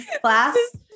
class